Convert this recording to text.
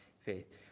faith